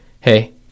hey